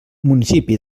municipi